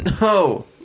No